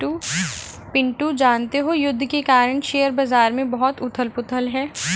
पिंटू जानते हो युद्ध के कारण शेयर बाजार में बहुत उथल पुथल है